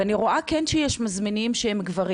אני כן רואה שיש מזמינים שהם גברים